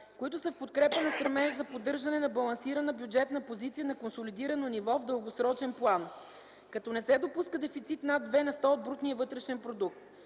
които са в подкрепа на стремежа за поддържане на балансирана бюджетна позиция на консолидирано ниво в дългосрочен план, като не се допуска дефицит над 2 на сто от брутния вътрешен продукт.